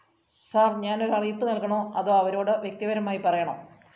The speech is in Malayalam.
സർ ഞാൻ ഒരു അറിയിപ്പ് നൽകണോ അതോ അവരോട് വ്യക്തിപരമായി പറയണോ